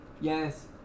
Yes